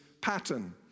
pattern